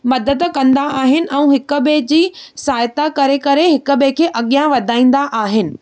मदद कंदा आहिनि ऐं हिक ॿिए जी सहायता करे करे हिक ॿिए खे अॻियां वधाईंदा आहिनि